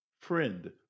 friend